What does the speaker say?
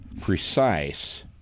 precise